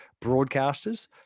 broadcasters